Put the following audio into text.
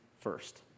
first